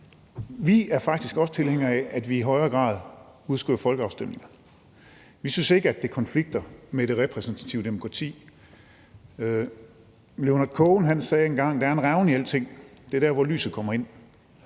Vi er faktisk også tilhængere af, at vi i højere grad udskriver folkeafstemninger, og vi synes ikke, at det konflikter med det repræsentative demokrati. Leonard Cohen sagde engang, at der er en revne i alting, og det er der, hvor lyset kommer ind.